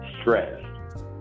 Stress